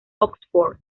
oxford